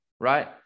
right